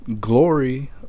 glory